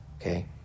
Okay